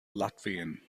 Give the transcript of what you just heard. latvian